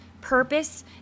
purpose